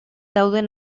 dauden